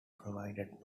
provided